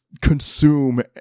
consume